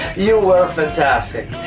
you were fantastic.